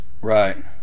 right